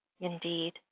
Indeed